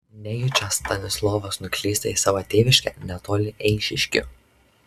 nejučia stanislovas nuklysta į savo tėviškę netoli eišiškių